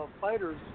fighters